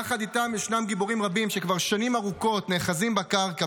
יחד איתם ישנם גיבורים רבים שכבר שנים ארוכות נאחזים בקרקע,